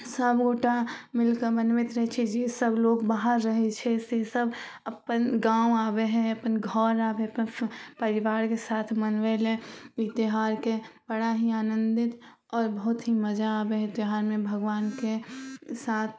सभगोटा मिलिकेँ मनबैत रहै छिए जे सब लोग बाहर रहै छै से सब अपन गाम आबै हइ अपन घर आबै हइ अपन परिवारके साथ मनबैलए ई त्योहारके बड़ा ही आनन्दित आओर बहुत ही मजा आबै हइ त्योहारमे भगवानके साथ